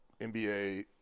NBA